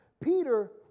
Peter